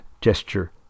gesture